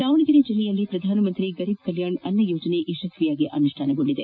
ದಾವಣಗೆರೆ ಜಿಲ್ಲೆಯಲ್ಲಿ ಪ್ರಧಾನಮಂತ್ರಿ ಗರೀಬ್ ಕಲ್ಯಾಣ ಯೋಜನೆ ಯಶಸ್ವಿಯಾಗಿ ಅನುಷ್ಟಾನಗೊಂಡಿದೆ